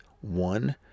One